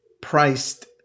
priced